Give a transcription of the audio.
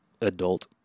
adult